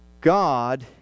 God